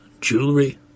jewelry